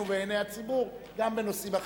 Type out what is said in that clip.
ואת עיני הציבור גם בנושאים אחרים.